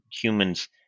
humans